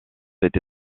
été